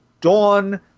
Dawn